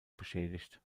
beschädigt